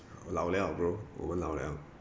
老了 bro 我们老了